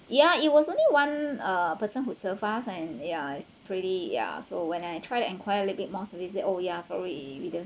ya it was only one uh person who served us and yeah it's pretty ya so when I tried to inquire a little bit more services they said oh yeah sorry it didn't